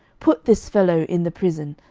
put this fellow in the prison,